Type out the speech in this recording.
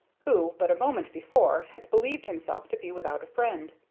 who but a moment before had believed himself to be without a friend.